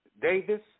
Davis